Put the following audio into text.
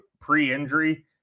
Pre-injury